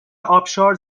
آبشار